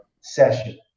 session